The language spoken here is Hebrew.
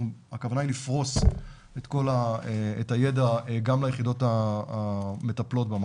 הכוונה היא לפרוס את הידע גם ליחידות המטפלות במחוז.